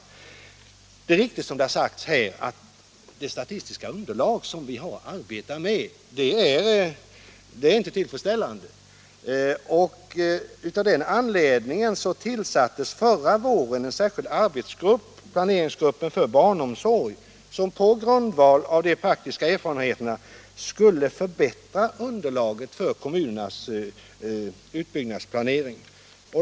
Det är riktigt som det har sagts här att det statistiska underlag vi har att arbeta med inte är tillfredsställande. Av den anledningen tillsattes förra våren en särskild arbetsgrupp, planeringsgruppen för barnomsorg, som på grundval av de praktiska erfarenheterna skulle förbättra underlaget för kommunernas utbyggnadsplanering.